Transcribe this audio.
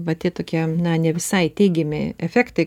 va tie tokie na ne visai teigiami efektai